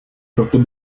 proto